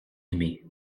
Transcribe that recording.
aimé